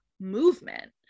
movement